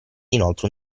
inoltre